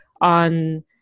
on